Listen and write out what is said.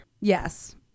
Yes